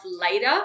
later